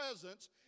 presence